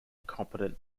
competent